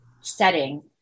setting